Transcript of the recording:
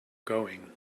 going